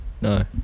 no